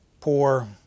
poor